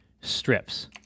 strips